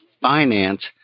finance